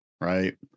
Right